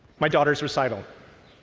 my daughter's recital.